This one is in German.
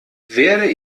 werde